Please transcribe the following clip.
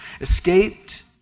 escaped